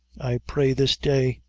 i pray this day!